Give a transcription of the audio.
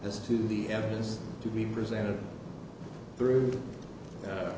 as to the evidence to be presented through